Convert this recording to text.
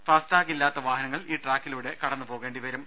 ഫാസ്ടാഗില്ലാത്ത വാഹനങ്ങൾ ഈ ട്രാക്കിലൂടെ കടന്നു പോകേണ്ടി വരും